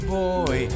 boy